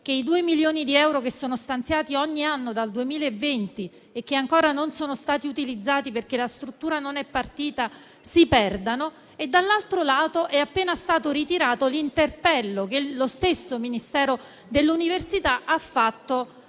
che i due milioni di euro che sono stanziati ogni anno dal 2020, e che ancora non sono stati utilizzati non essendo la struttura partita, si perdano. Tra l'altro, è stato appena ritirato l'interpello che lo stesso Ministero dell'università ha fatto